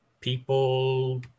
people